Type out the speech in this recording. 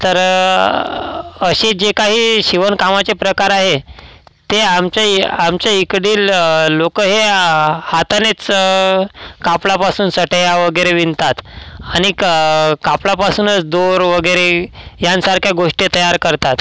तर असे जे काही शिवणकामाचे प्रकार आहे ते आमच्या ए आमच्या इकडील लोकं हे हातानेच कापडापासून चटया वगैरे विणतात आणि कापडापासूनच दोर वगैरे यांसारख्या गोष्टी तयार करतात